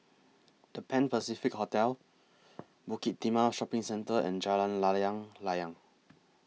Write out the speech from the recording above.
The Pan Pacific Hotel Bukit Timah Shopping Centre and Jalan Layang Layang